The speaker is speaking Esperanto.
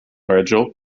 reĝo